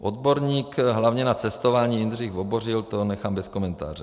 Odborník hlavně na cestování Jindřich Vobořil, to nechám bez komentáře.